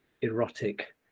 erotic